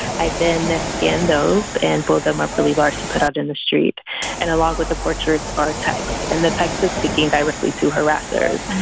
i've been there, scanned those and put them up to levi's to put out in the street and along with the portraits are taxed and the taxes speaking directly to harassers.